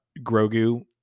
Grogu